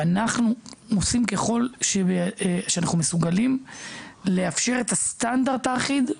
אנחנו עושים ככל שאנחנו מסוגלים כדי לאפשר את הסטנדרט האחיד,